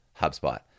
HubSpot